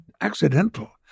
accidental